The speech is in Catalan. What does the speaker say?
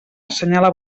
assenyala